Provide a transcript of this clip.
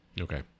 okay